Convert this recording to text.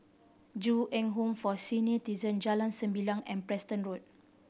Ju Eng Home for Senior Jalan Sembilang and Preston Road